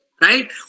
Right